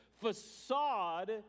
facade